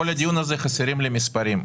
בכל הדיון הזה חסרים לי מספרים,